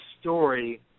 story